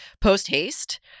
post-haste